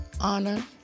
honor